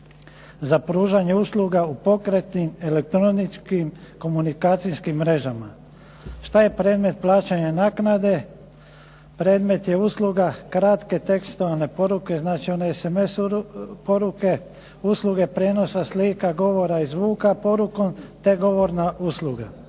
za pružanje usluga u pokretnim elektroničkim komunikacijskim mrežama. Šta je predmet plaćanja naknade? predmet je usluga kratke tekstualne poruke, znači one SMS poruke, usluge prijenosa slika, govora i zvuka porukom te govorna usluga.